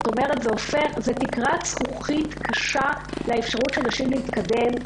זה תקרת זכוכית קשה לאפשרות של נשים להתקדם.